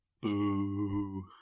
Boo